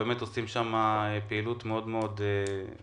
ובאמת עושים שם פעילות מאוד מאוד ענפה.